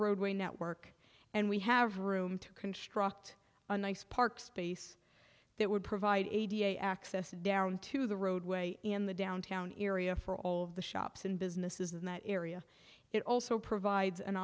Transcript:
roadway network and we have room to construct a nice park space that would provide a access down to the roadway in the downtown area for all of the shops and businesses in that area it also provides an